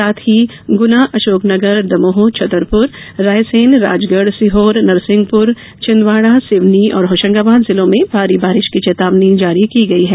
साथ ही गुना अशोकनगर दमोह छतरपुर रायसेन राजगढ़ सीहोर नरसिंहपुर छिंदवाड़ा सिवनी और होशंगाबाद जिलों में भारी बारिश की चेतावनी जारी की है